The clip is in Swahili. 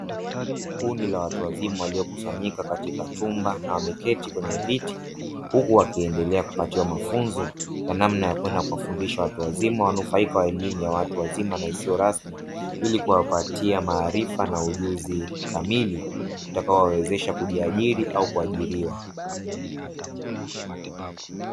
Kundi la watu wazima waliokusanyika katika chumba na wameketi kwenye viti, huku wakiendelea kupatiwa mafunzo ya namna ya kwenda kuwafundisha watu wazima wanufaika wa elimu ya watu wazima na isiyo rasmi, ili kuwapatia maarifa na ujuzi kamili utakaowawezesha kujiajiri au kuajiriwa.